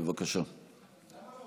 בוסו,